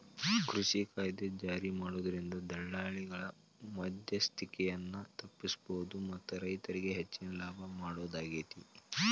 ಕೃಷಿ ಕಾಯ್ದೆ ಜಾರಿಮಾಡೋದ್ರಿಂದ ದಲ್ಲಾಳಿಗಳ ಮದ್ಯಸ್ತಿಕೆಯನ್ನ ತಪ್ಪಸಬೋದು ಮತ್ತ ರೈತರಿಗೆ ಹೆಚ್ಚಿನ ಲಾಭ ಮಾಡೋದಾಗೇತಿ